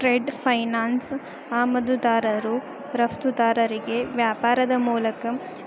trade finance ಆಮದುದಾರರು ರಫ್ತುದಾರರಿಗಿ ವ್ಯಾಪಾರದ್ ಮೂಲಕ